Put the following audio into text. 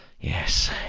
yes